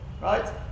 right